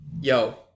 yo